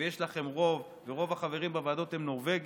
ויש לכם רוב, ורוב החברים בוועדות הם נורבגים,